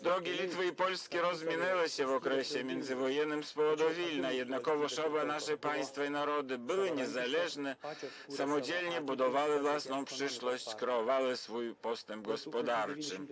Drogi Litwy i Polski rozminęły się w okresie międzywojennym z powodu Wilna, jednakowoż oba nasze państwa i narody były niezależne, samodzielnie budowały własną przyszłość, kreowały swój postęp gospodarczy.